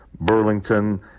Burlington